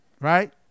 Right